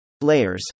Layers